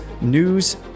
news